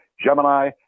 Gemini